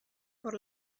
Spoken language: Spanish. por